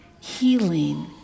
healing